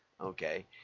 Okay